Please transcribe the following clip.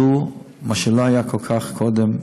מה שלא היה כל כך קודם,